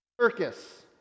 circus